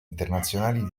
internazionali